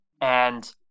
And-